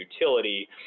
utility